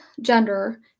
gender